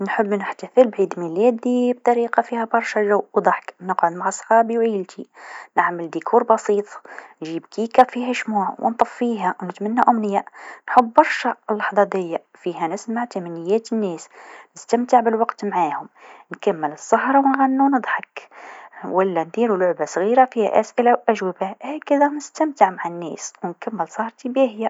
نحب نحتفل بعيد ميلادي بطريقه فيها برشا جو و ضحك، نقعد مع صحابي و عيلتي، نعمل ديكور بسيط، نجيب كيكه فيها شموع و نطفيها و نتمنى أمنيه، نحب برشا اللحظه ديا فيها نسمع تمنيات الناس، نستمتع بالوقت معاهم، نكمل السهره نغني و نضحك و لا نديرو لعبه صغيره فيها أسئله و أجوبه، هكذا نستمتع مع الناس و نكمل سهرتي باهيا.